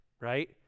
right